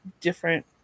different